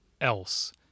else